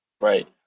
Right